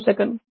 5 second